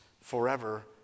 forever